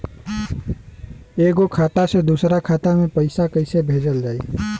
एगो खाता से दूसरा खाता मे पैसा कइसे भेजल जाई?